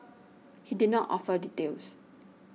he did not offer details